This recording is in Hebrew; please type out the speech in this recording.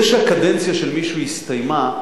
גברתי חברת הכנסת גלאון: זה שהקדנציה של מישהו הסתיימה,